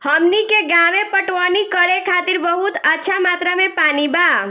हमनी के गांवे पटवनी करे खातिर बहुत अच्छा मात्रा में पानी बा